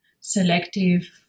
selective